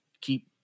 keep